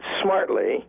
smartly